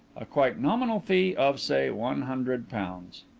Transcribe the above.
a quite nominal fee of, say, one hundred pounds.